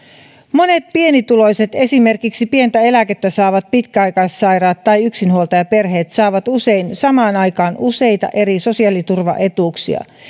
monet pienituloiset esimerkiksi pientä eläkettä saavat pitkäaikaissairaat tai yksinhuoltajaperheet saavat usein samaan aikaan useita eri sosiaaliturvaetuuksia